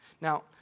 Now